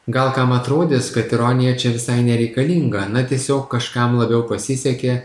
gal kam atrodys kad ironija čia visai nereikalinga na tiesiog kažkam labiau pasisekė